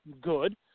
good